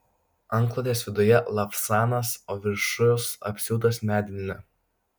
antklodės viduje lavsanas o viršus apsiūtas medvilne